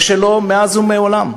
זה שלו מאז ומעולם.